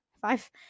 five